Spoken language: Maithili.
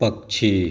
पक्षी